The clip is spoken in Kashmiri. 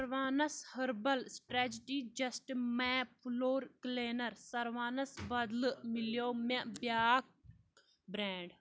پِروانس herbal strategy just mop floor cleaner ساراوَنَس بدلہٕ مِلٮ۪و مےٚ بیٚا کھ برینڈ